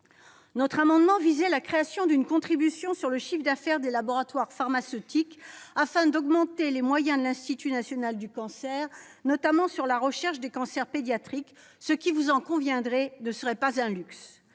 Notre amendement visait à créer une contribution sur le chiffre d'affaires des laboratoires pharmaceutiques afin d'augmenter les moyens de l'INCa, notamment pour la recherche sur les cancers pédiatriques, ce qui, vous en conviendrez, ne serait pas un luxe